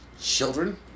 children